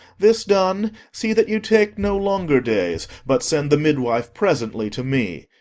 this done, see that you take no longer days, but send the midwife presently to me.